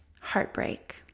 heartbreak